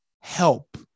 help